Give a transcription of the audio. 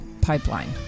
pipeline